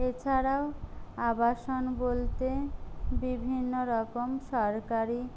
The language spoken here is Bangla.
এছাড়াও আবাসন বলতে বিভিন্ন রকম সরকারি